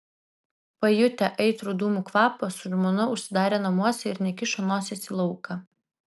pajutę aitrų dūmų kvapą su žmona užsidarė namuose ir nekišo nosies į lauką